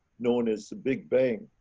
known as the big bang.